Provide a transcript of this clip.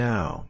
Now